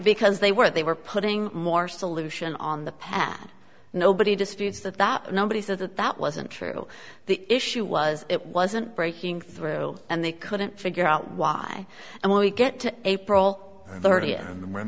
because they were they were putting more solution on the pad nobody disputes that that nobody said that that wasn't true the issue was it wasn't breaking through and they couldn't figure out why and when we get to april thirtieth